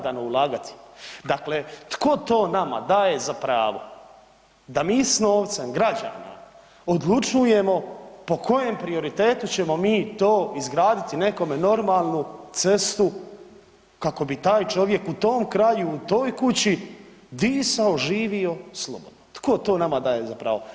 Dakle, tko to nama daje za pravo da mi s novcem građana odlučujemo po kojem prioritetu ćemo mi to izgraditi nekome normalnu cestu kako bi taj čovjek u tom kraju u toj kući disao, živio slobodno, tko to nama daje za pravo?